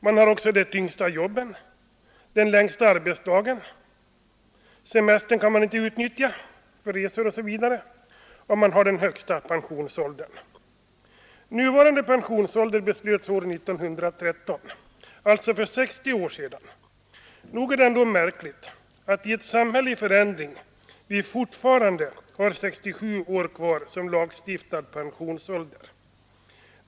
Man har också de tyngsta jobben och den längsta arbetsdagen, semestern kan man inte utnyttja för resor m.m., och man har den högsta pensionsåldern. Nuvarande pensionsålder beslöts år 1913 — alltså för 60 år sedan. Nog är det ändå märkligt att i ett samhälle i förändring vi fortfarande har 67 år som lagstiftad pensionsålder.